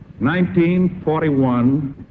1941